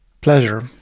Pleasure